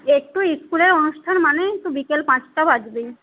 একটু স্কুলের অনুষ্ঠান মানেই তো বিকেল পাঁচটা বাজবেই